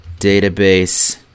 database